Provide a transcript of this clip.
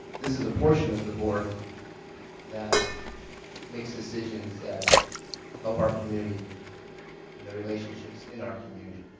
this is a portion of the board that makes decisions that help our community and the relationships in our community.